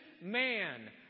man